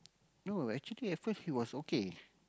no actually at first he was okay